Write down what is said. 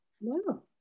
No